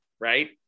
Right